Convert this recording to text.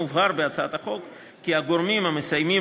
מובהר בהצעת החוק כי הגורמים המסייעים